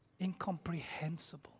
Incomprehensible